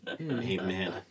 Amen